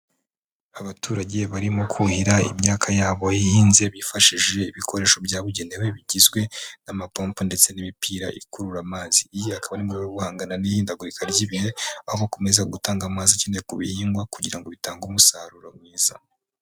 Abaturage barimo kuhira imyaka yabo ihinze, bifashishije ibikoresho byabugenewe bigizwe n'amapompo ndetse n'imipira ikurura amazi, iyi akaba ari mu rwego rwo guhangana n'ihindagurika ry'ibihe, aho bakomeza gutanga amazi akenewe ku bihingwa, kugira ngo bitange umusaruro mwiza.